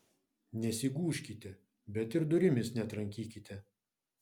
nesigūžkite bet ir durimis netrankykite